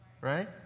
right